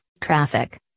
traffic